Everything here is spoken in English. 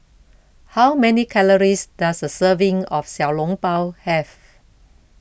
how many calories does a serving of Xiao Long Bao have